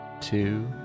two